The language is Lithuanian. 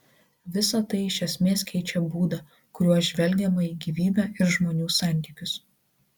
visa tai iš esmės keičia būdą kuriuo žvelgiama į gyvybę ir žmonių santykius